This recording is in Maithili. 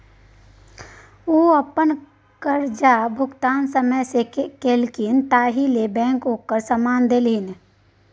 ओ अपन करजाक भुगतान समय सँ केलनि ताहि लेल बैंक ओकरा सम्मान देलनि